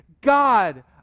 God